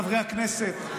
חברי הכנסת,